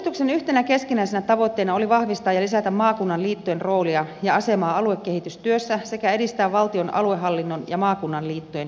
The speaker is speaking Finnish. uudistuksen yhtenä keskinäisenä tavoitteena oli vahvistaa ja lisätä maakunnan liittojen roolia ja asemaa aluekehitystyössä sekä edistää valtion aluehallinnon ja maakunnan liittojen yhteistyötä